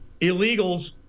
illegals